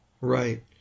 right